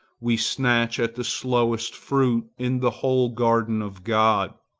we snatch at the slowest fruit in the whole garden of god,